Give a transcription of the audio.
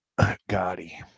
Gotti